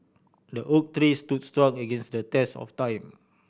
the oak tree stood strong against the test of time